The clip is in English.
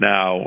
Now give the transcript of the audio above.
Now